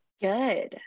Good